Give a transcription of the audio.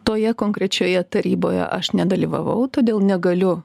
toje konkrečioje taryboje aš nedalyvavau todėl negaliu